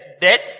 dead